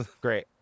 Great